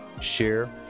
share